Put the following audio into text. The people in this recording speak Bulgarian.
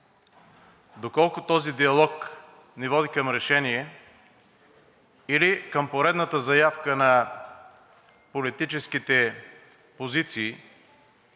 доколко този диалог ни води към решения или към поредната заявка на политическите позиции,